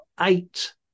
eight